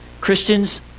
Christians